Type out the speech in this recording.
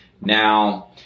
Now